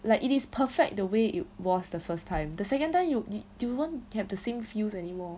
like it is perfect the way it was the first time the second time yo~ you do you won't have the same feels anymore